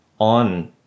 on